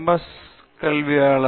S கல்வியாளர்